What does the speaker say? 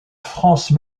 france